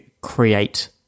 create